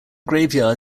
graveyard